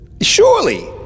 Surely